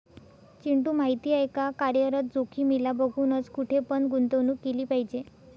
चिंटू माहिती आहे का? कार्यरत जोखीमीला बघूनच, कुठे पण गुंतवणूक केली पाहिजे